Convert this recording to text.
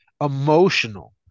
emotional